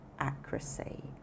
Accuracy